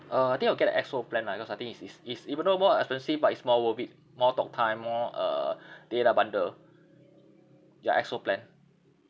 uh I think I'll get the X_O plan lah because I think is is is even though more uh expensive but it's more worth it more talktime more uh data bundle ya X_O plan